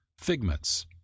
figments